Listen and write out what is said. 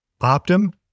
Optum